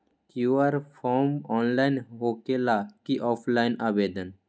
QR form online होकेला कि ऑफ़ लाइन आवेदन?